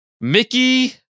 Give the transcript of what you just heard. Mickey